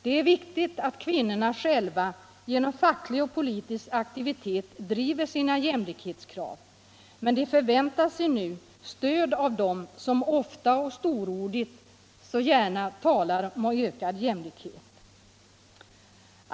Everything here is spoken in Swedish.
Det är viktigt att kvinnorna själva genom facklig och politisk aktivitet driver sina jämlikhetskrav, men de förväntar sig nu stöd av dem som ofta och storordigt så gärna talar om ökad jämlikhet.